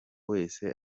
wese